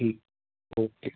ठीक ओके